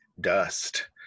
dust